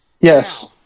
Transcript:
Yes